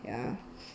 ya